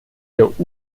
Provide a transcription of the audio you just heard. der